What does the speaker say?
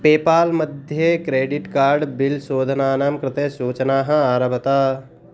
PayPal मध्ये credit card bill शोधनानां कृते सूचनाः आरभत